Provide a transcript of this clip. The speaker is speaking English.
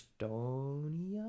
Estonia